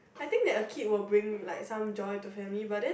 I think that a kid will bring like some joy to family but then